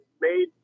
made